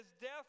death